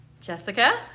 Jessica